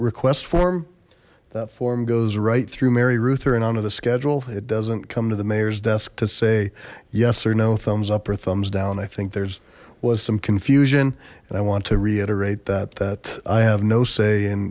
request form that form goes right through mary ruther and on to the schedule it doesn't come to the mayor's desk to say yes or no thumbs up or thumbs down i think there's was some confusion and i want to reiterate that that i have no say in